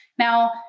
Now